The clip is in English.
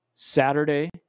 saturday